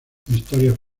historias